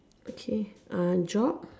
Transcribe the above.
okay uh job